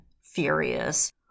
furious